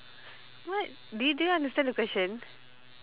what do you do you understand the question